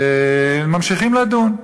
וממשיכים לדון.